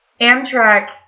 Amtrak